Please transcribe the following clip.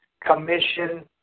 commission